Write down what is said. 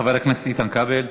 חבר הכנסת איתן כבל,